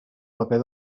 paper